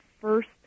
first